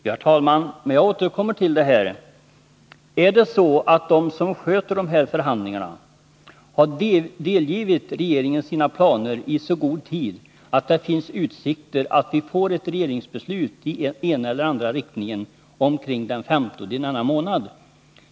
Herr talman! Jag återkommer: Har de som skött förhandlingarna delgivit regeringen sina planer i så god tid att det finns utsikter att få ett regeringsbeslut i ena eller andra riktningen omkring den 15 i denna månad?